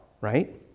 right